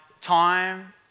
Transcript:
time